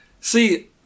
see